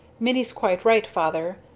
minnie's quite right, father,